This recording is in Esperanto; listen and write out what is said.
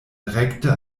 rekte